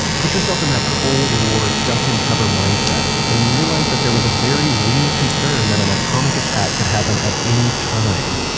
put yourself into and that cold war, duck-and-cover mindset, and you realize that there was a very real concern that an atomic attack could happen at any time.